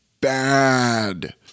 bad